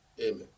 Amen